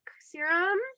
serum